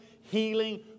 healing